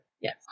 Yes